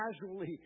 casually